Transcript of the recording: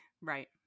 Right